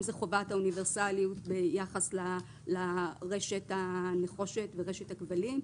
אם זאת חובת האוניברסליות ביחס לרשת הנחושת ורשת הכבלים,